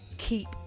keep